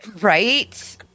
right